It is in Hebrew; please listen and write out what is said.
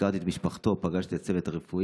ביקרתי את משפחתו, פגשתי את הצוות הרפואי,